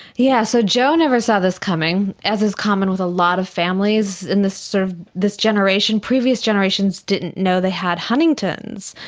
yeah so joe never saw this coming, as is common with a lot of families in this sort of this generation. previous generations didn't know they had huntington's.